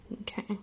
Okay